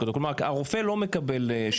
המוסד שמעסיק אותו, כלומר הרופא לא מקבל שירות.